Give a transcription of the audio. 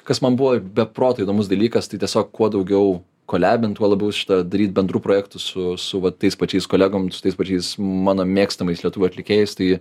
kas man buvo be proto įdomus dalykas tai tiesiog kuo daugiau koliabint tuo labiau šitą daryt bendrų projektų su su va tais pačiais kolegom su tais pačiais mano mėgstamais lietuvių atlikėjais tai